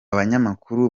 banyamakuru